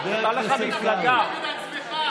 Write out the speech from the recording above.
לך תפגין נגד עצמך.